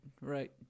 right